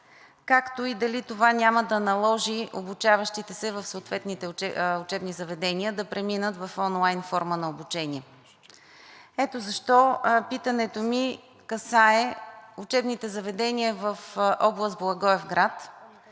както и дали това няма да наложи обучаващите се в съответните учебни заведения да преминат в онлайн форма на обучение. Ето защо питането ми касае учебните заведения в област Благоевград.